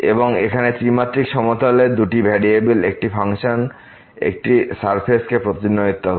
সুতরাং এখানে 3 মাত্রিক সমতলে দুটি ভেরিয়েবলের একটি ফাংশন একটি সারফেসকে প্রতিনিধিত্ব করে